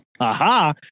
aha